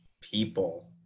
people